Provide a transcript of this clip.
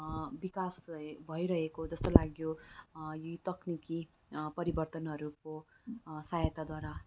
विकास भइ भइरहेको जस्तो लाग्यो तक्निकी परिवर्तनहरूको सहायताद्वारा